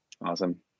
Awesome